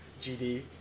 GD